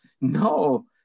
No